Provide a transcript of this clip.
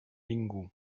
ningú